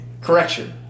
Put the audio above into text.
correction